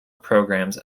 programs